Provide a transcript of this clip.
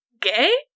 gay